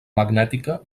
magnètica